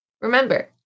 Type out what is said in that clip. Remember